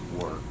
work